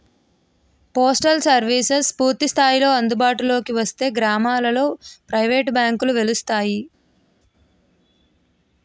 postal services పూర్తి స్థాయిలో అందుబాటులోకి వస్తే గ్రామీణ ప్రాంతాలలో బ్యాంకులు వెలుస్తాయి